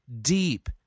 deep